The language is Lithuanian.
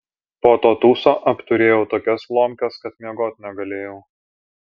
po to tūso apturėjau tokias lomkes kad miegot negalėjau